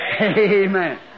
Amen